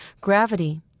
gravity